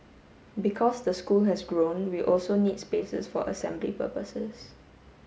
because the school has grown we also need spaces for assembly purposes